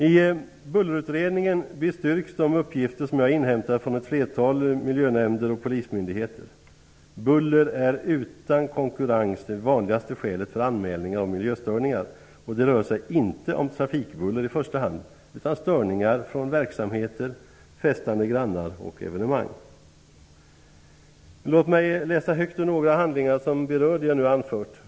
I Bullerutredningen bestyrks de uppgifter som jag har inhämtat från ett flertal miljönämnder och polismyndigheter: Buller är det utan konkurrens vanligaste skälet till anmälningar om miljöstörningar, och det rör sig inte i första hand om trafikbuller utan om störningar från verksamheter, festande grannar och evenemang. Låt mig läsa högt ur några handlingar som berör det jag nu har anfört.